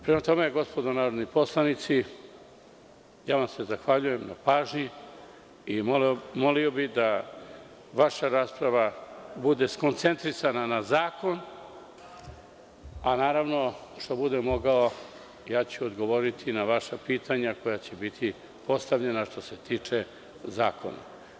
Prema tome, gospodo narodni poslanici, ja vam se zahvaljujem na pažnji i molio bih da vaša rasprava bude skoncentrisana na zakon, a naravno što budem mogao, ja ću odgovoriti na vaša pitanja koja će biti postavljena što se tiče zakona.